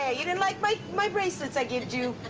ah you didn't like my my bracelets i gived you?